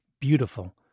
beautiful